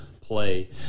play